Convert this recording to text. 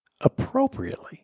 appropriately